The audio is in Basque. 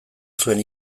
zuen